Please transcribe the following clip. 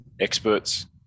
experts